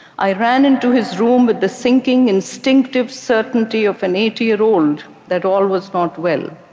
i ran into his room with the sinking, instinctive certainty of an eighty year old that all was not well,